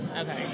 okay